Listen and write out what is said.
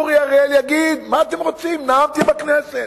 אורי אריאל יגיד: מה אתם רוצים, נאמתי בכנסת,